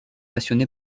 passionné